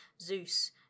Zeus